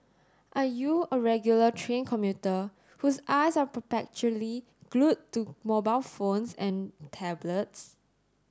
are you a regular train commuter whose eyes are perpetually glued to mobile phones and tablets